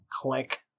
Click